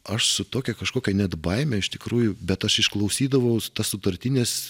aš su tokia kažkokia net baime iš tikrųjų bet aš išklausydavau tas sutartines